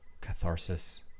catharsis